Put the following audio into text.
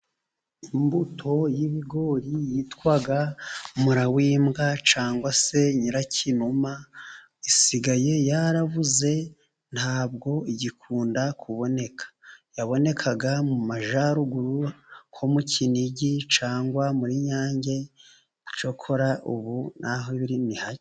Imbuto y'ibigori yitwa murawimbwa cyangwa se nyirakinuma, isigaye yarabuze ntabwo igikunda kuboneka. Yabonekaga mu Majyaruguru ho mu kinigi, cyangwa muri Nyange cyokora ubu n'aho biri ni hake.